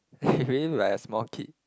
you really look like a small kid